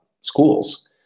schools